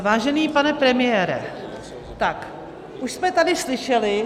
Vážený pane premiére, tak už jsme tady slyšeli